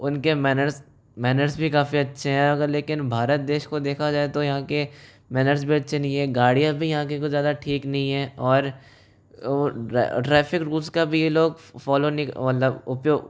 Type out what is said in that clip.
उनके manners manners भी काफ़ी अच्छे हैं अगर लेकिन भारत देश को देखा जाए तो यहाँ के मैनर्स भी अच्छे नहीं हैं गाड़ियाँ भी यहाँ की कोई ज्यादा ठीक नहीं हैं और ट्रैफिक रूल्स का भी ये लोग फॉलो नहीं मतलब उपयोग